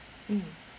mm